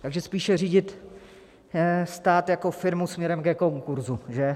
Takže spíše řídit stát jako firmu směrem ke konkurzu, že?